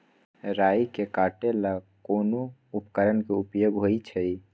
राई के काटे ला कोंन उपकरण के उपयोग होइ छई?